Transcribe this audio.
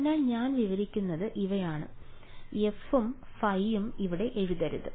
അതിനാൽ ഞാൻ വിവരിക്കുന്നത് ഇവയാണ് അതിനാൽ f ഉം ϕ ഉം ഇവിടെ എഴുതരുത്